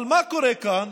אבל מה קורה כאן?